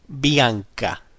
bianca